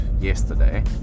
yesterday